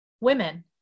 Women